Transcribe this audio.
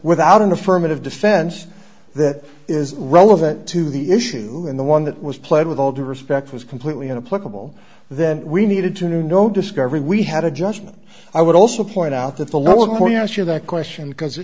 without an affirmative defense that is relevant to the issue and the one that was played with all due respect was completely in a political then we needed to know discovery we had adjustment i would also point out that the little more you ask you that question because